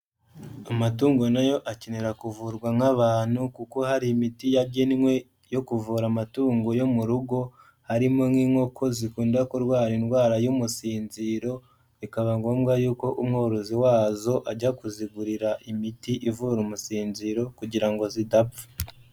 Amatungo na yo akenera kuvurwa nk'abantu kuko hari imiti yagenwe yo kuvura amatungo yo mu rugo, harimo nk'inkoko zikunda kurwara indwara y'umusinziro bikaba ngombwa y'uko umworozi wazo ajya kuzigurira imiti ivura umusinziro kugira ngo zidapfa.